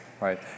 Right